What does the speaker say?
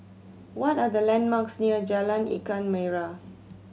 what are the landmarks near Jalan Ikan Merah